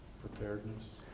Preparedness